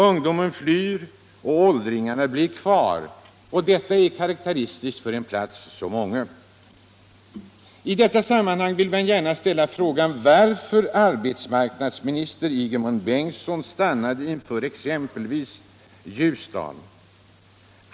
Ungdomen flyr och åldringarna blir kvar. Och detta är karakteristiskt för en plats som Ånge. I detta sammanhang vill man gärna ställa sig frågan varför arbetsmarknadsminister Ingemund Bengtsson stannade inför exempelvis Ljusdal.